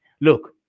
Look